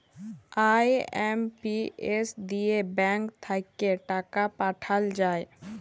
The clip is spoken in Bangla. আই.এম.পি.এস দিয়ে ব্যাঙ্ক থাক্যে টাকা পাঠাল যায়